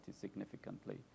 significantly